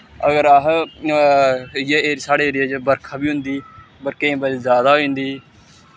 अगर अह् इ'यै साढ़े एरिया च बरखा बी होंदी पर केईं बारी जैदा होई जंदी